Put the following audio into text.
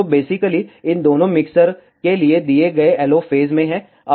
तो बेसिकली इन दोनों मिक्सर को दिए गए LO फेज में हैं